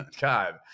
God